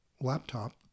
laptop